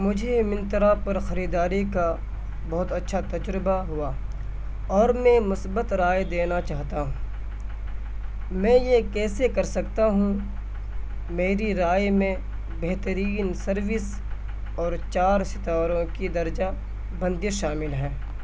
مجھے منترا پر خریداری کا بہت اچھا تجربہ ہوا اور میں مثبت رائے دینا چاہتا ہوں میں یہ کیسے کر سکتا ہوں میری رائے میں بہترین سروس اور چار ستاروں کی درجہ بندی شامل ہیں